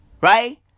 Right